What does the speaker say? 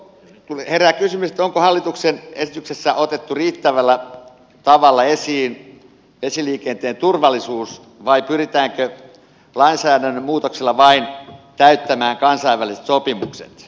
herää kysymys onko hallituksen esityksessä otettu riittävällä tavalla esiin vesiliikenteen turvallisuus vai pyritäänkö lainsäädännön muutoksella vain täyttämään kansainväliset sopimukset